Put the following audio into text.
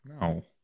No